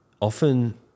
Often